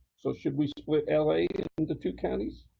so should we split ah like into two counties,